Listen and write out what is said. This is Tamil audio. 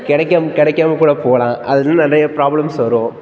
கிடைக்காம கிடைக்காம கூட போகலாம் அதிலிருந்து நிறைய ப்ராப்ளம்ஸ் வரும்